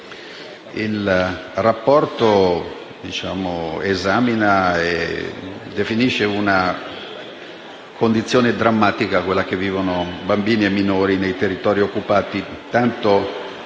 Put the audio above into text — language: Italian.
Il rapporto esamina e definisce la condizione drammatica in cui vivono i bambini e i minori nei territori occupati tanto